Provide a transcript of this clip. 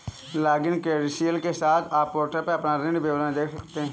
login credential के साथ, आप पोर्टल पर अपना ऋण विवरण देख सकते हैं